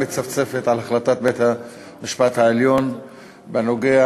מצפצפת על החלטת בית-המשפט העליון בנוגע